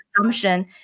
assumption